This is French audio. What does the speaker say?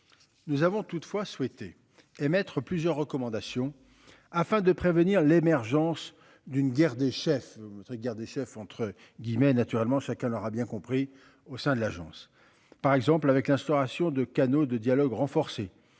Nous avons toutefois souhaité émettre plusieurs recommandations afin de prévenir l'émergence d'une guerre des chefs de guerre des chefs entre guillemets naturellement chacun l'aura bien compris au sein de l'agence. Par exemple, avec l'instauration de canaux de dialogue renforcé